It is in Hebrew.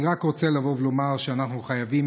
אני רק רוצה לומר שאנחנו חייבים,